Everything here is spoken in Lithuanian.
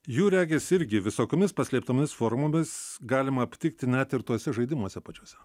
jų regis irgi visokiomis paslėptomis formomis galima aptikti net ir tuose žaidimuose pačiuose